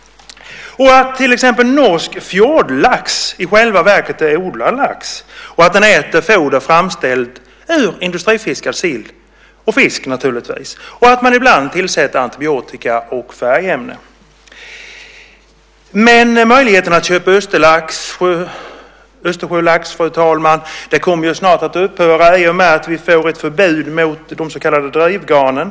Norsk fjordlax till exempel är i själva verket odlad lax som äter foder framställt ur industrifiskad sill och fisk, och ibland tillsätter man antibiotika och färgämnen. Möjligheten att köpa östersjölax kommer snart att upphöra i och med att vi får ett förbud mot de så kallade drivgarnen.